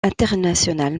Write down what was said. international